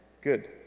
good